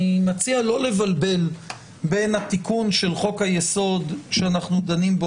אני מציע לא לבלבל בין התיקון של חוק היסוד שאנחנו דנים בו